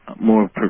more